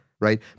right